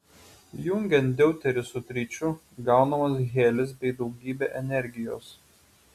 jungiant deuterį su tričiu gaunamas helis bei daugybė energijos